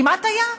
כמעט היה,